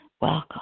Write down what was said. Welcome